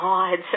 God